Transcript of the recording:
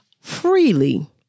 freely